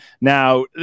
Now